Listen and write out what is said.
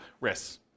risks